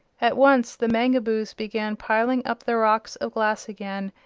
at once the mangaboos began piling up the rocks of glass again,